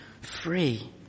free